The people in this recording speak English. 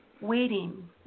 waiting